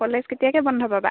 college কেতিয়াকৈ বন্ধ হ'ব বা